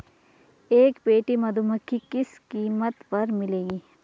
एक पेटी मधुमक्खी किस कीमत पर मिलेगी?